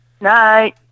night